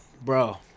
Bro